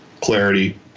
clarity